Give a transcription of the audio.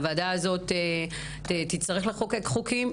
הוועדה הזאת תצטרך לחוקק חוקים,